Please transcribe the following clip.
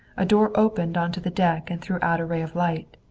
a door opened onto the deck and threw out a ray of light.